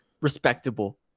respectable